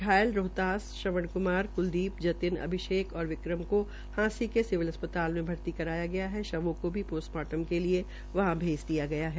घायल रोहताश श्रवण कुमार कुलदीप जतिन अभिषेक और विक्रम की हांसी के नागरिक अस्पताल में भर्ती करवाया गया है वहीं शवों को भी पोस्टमार्टम के लिए वहीं भेज दिया गया है